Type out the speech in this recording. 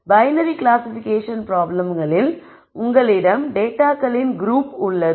binary classification பிராப்ளம்களில் உங்களிடம் டேட்டாகளின் குரூப் உள்ளது